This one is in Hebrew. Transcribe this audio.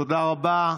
תודה רבה.